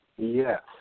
Yes